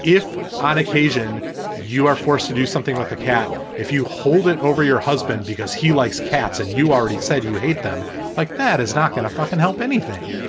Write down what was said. if on occasion you are forced to do something with a cat, if you hold it over your husband because he likes cats and you already said you hate them like that is not going to fucking help anything.